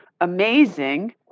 amazing